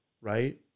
right